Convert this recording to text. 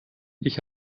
ich